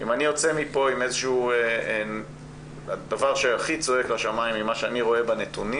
אם אני יוצא מפה עם מה שהכי צועק לשמיים ממה שאני רואה בנתונים,